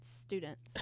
students